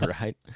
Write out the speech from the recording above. right